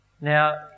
Now